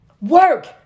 Work